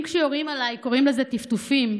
אם קוראים לזה "טפטופים"